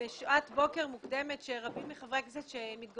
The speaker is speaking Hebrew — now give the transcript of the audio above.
בשעת בוקר מוקדמת כאשר רבים מחברי